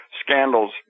scandals